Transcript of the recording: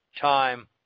time